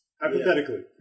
hypothetically